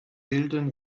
milden